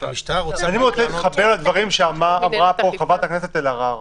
אני רוצה להתחבר לדברים שאמרה פה חברת הכנסת אלהרר.